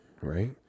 right